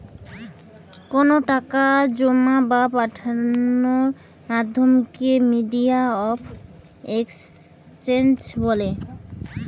কোনো টাকা জোমা বা পাঠানোর মাধ্যমকে মিডিয়াম অফ এক্সচেঞ্জ বলে